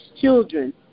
children